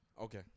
Okay